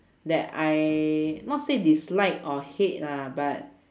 that I not say dislike or hate ah but